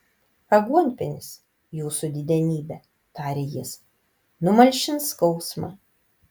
aguonpienis jūsų didenybe tarė jis numalšins skausmą